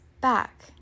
back